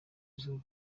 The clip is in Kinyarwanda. z’u